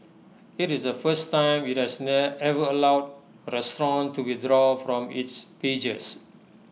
IT is the first time IT has ever allowed A restaurant to withdraw from its pages